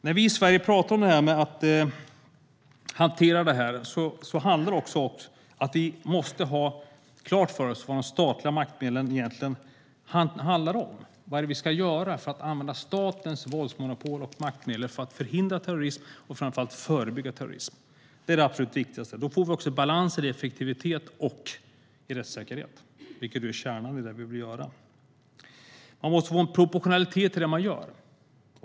När vi i Sverige hanterar det här måste vi ha klart för oss vad de statliga maktmedlen egentligen handlar om. Vad ska vi göra för att använda statens våldsmonopol och maktmedel för att förhindra terrorism och framför allt förebygga terrorism? Det är det absolut viktigaste. Då blir det också balans i effektivitet och rättssäkerhet, vilket är kärnan i det som behöver göras. Det måste vara proportionalitet i det som man gör.